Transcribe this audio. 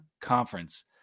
conference